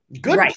good